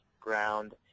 ground